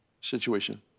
situation